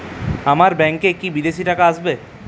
আমার ব্যংকে কি বিদেশি টাকা আসবে?